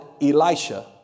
Elisha